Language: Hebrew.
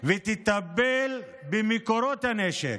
ותטפל במקורות הנשק.